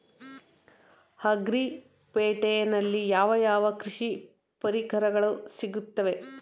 Agri ಪೇಟೆನಲ್ಲಿ ಯಾವ ಯಾವ ಕೃಷಿ ಪರಿಕರಗಳು ಸಿಗುತ್ತವೆ?